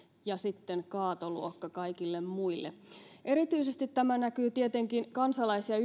ja sitten kaatoluokka kaikille muille erityisesti tämä näkyy tietenkin kansalais ja